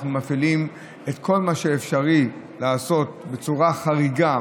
אנחנו מפעילים את כל מה שאפשר לעשות בצורה חריגה,